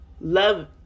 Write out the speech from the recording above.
Love